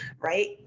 Right